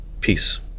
Peace